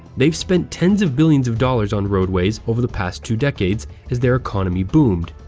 they've spent tens of billions of dollars on roadways over the past two decades as their economy boomed.